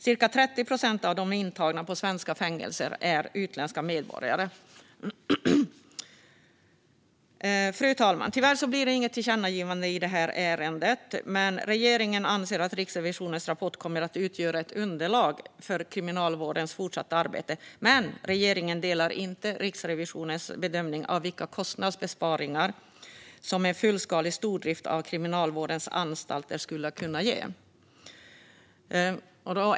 Cirka 30 procent av de intagna på svenska anstalter är utländska medborgare. Fru talman! Tyvärr blir det inget tillkännagivande i detta ärende. Regeringen anser att Riksrevisionens rapport kommer att utgöra ett underlag för Kriminalvårdens fortsatta arbete, men regeringen delar inte Riksrevisionens bedömning av vilka kostnadsbesparingar som en fullskalig stordrift av Kriminalvårdens anstalter skulle kunna ge.